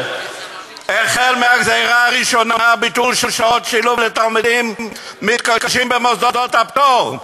החל בגזירה הראשונה: ביטול שעות שילוב לתלמידים מתקשים במוסדות הפטור,